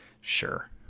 sure